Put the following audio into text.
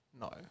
No